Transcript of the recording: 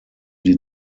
die